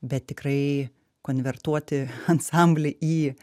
bet tikrai konvertuoti ansamblį į